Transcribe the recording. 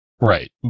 Right